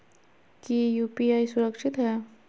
की यू.पी.आई सुरक्षित है?